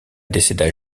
décéda